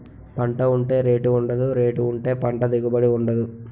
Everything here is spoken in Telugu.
పంట ఉంటే రేటు ఉండదు, రేటు ఉంటే పంట దిగుబడి ఉండదు